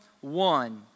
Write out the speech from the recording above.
one